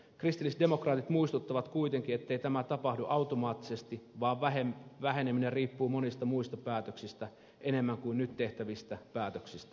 kristillisdemokraatit muistuttavat kuitenkin ettei tämä tapahdu automaattisesti vaan väheneminen riippuu monista muista päätöksistä enemmän kuin nyt tehtävistä päätöksistä